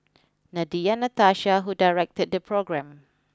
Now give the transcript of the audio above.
Nadia Natasha who directed the programme